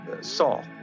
Saul